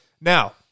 now